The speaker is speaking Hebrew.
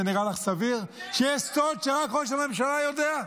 זה נראה לך סביר שיש סוד שרק ראש הממשלה יודע?